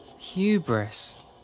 Hubris